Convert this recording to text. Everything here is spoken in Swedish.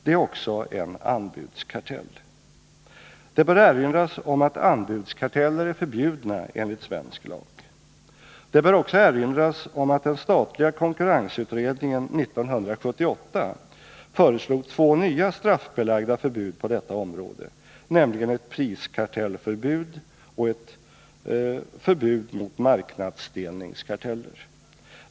Det är också en anbudskartell. Det bör erinras om att anbudskarteller är förbjudna enligt svensk lag. Det bör också erinras om att den statliga konkurrensutredningen 1978 föreslog två nya straffbelagda förbud på detta område, nämligen ett priskartellförbud och ett förbud mot marknadsdelningskarteller.